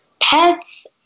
pets